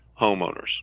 homeowners